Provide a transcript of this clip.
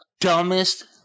dumbest